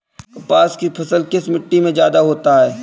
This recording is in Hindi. कपास की फसल किस मिट्टी में ज्यादा होता है?